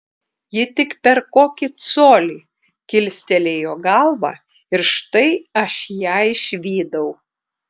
ji tik per kokį colį kilstelėjo galvą ir štai aš ją išvydau